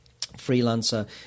freelancer